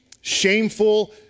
shameful